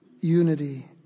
unity